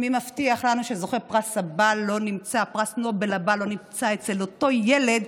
מי מבטיח לנו שפרס נובל הבא לא נמצא אצל אותו ילד,